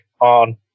on